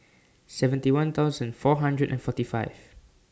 seventy one thousand four hundred and forty five